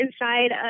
inside